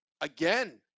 again